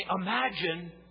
imagine